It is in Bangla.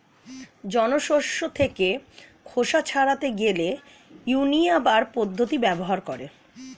জন শস্য থেকে খোসা ছাড়াতে গেলে উইন্নবার পদ্ধতি ব্যবহার করে